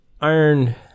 iron